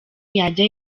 yajya